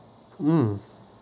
mm